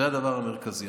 זה הדבר המרכזי.